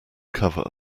cover